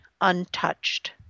untouched